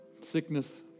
sickness